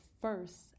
first